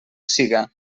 siga